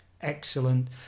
Excellent